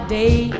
day